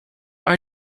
are